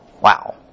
Wow